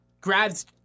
grabs